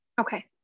Okay